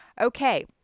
Okay